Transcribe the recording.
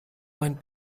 mein